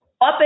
up